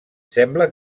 sembla